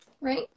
right